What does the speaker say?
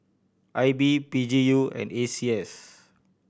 I B P G U and A C S